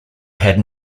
had